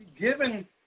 given